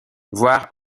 voir